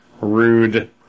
rude